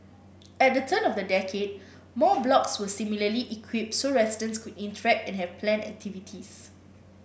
at the turn of the decade more blocks were similarly equipped so residents could interact and have planned activities